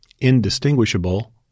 indistinguishable